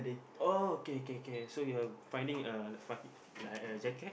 oh okay okay okay so you're like finding a find like a jacket